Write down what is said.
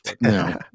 No